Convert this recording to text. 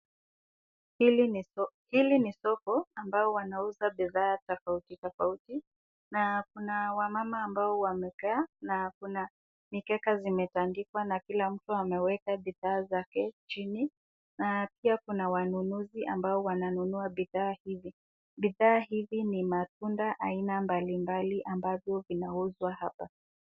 Hili ni soko ambao wanauza bidhaa tafauti tafauti, na kuna wamama ambao wamekaa na kuna mikeka zimetandikwa kila mtu ameweka bidhaa zake chini, na pia kuna wanunuzi ambo wananunua bidhaa hizi. Bidhaa hizi ni matunda aina mbali mbali ambavyo vinauzwa hapa.